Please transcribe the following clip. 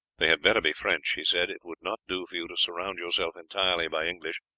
they had better be french, he said it would not do for you to surround yourself entirely by english,